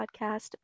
podcast